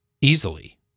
easily